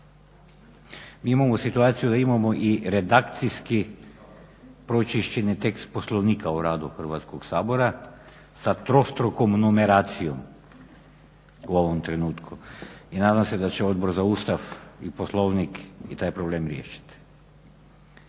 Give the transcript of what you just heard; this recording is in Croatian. Mi imamo situaciju da imamo i redakcijski pročišćeni tekst Poslovnika o radu Hrvatskoga sabora sa trostrukom numeracijom u ovom trenutku i nadam se da će Odbor za Ustav i Poslovnik i taj problem riješiti.